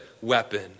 weapon